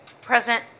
Present